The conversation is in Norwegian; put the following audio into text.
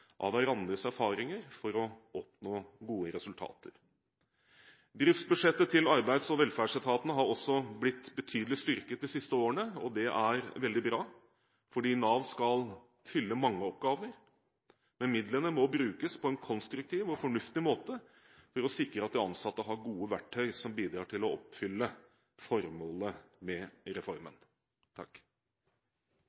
av hverandres erfaringer for å oppnå gode resultater. Driftsbudsjettet til Arbeids- og velferdsetaten har også blitt betydelig styrket de siste årene. Det er veldig bra, fordi Nav skal fylle mange oppgaver, men midlene må brukes på en konstruktiv og fornuftig måte for å sikre at de ansatte har gode verktøy som bidrar til å oppfylle formålet med reformen.